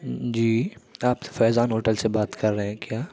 جی آپ فیضان ہوٹل سے بات کر رہے ہیں کیا